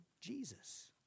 Jesus